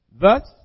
Thus